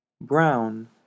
Brown